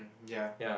ya